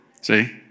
see